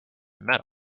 metal